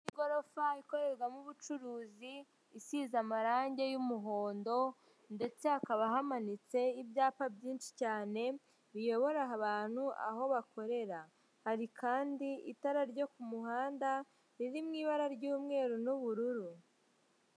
Igorofa ikorerwamo ubucuruzi isize amarangi y'umuhondo, ndetse hakaba hamanitse ibyapa byinshi cyane biyobora abantu aho bakorera, hari kandi itara ryo ku muhanda riri mu ibara ry'umweru n'ubururu.